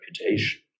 reputation